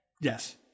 Yes